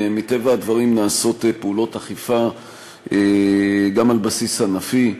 מטבע הדברים נעשות פעולות אכיפה גם על בסיס ענפי,